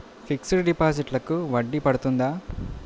Fixed డిపాజిట్లకు వడ్డీ పడుతుందా?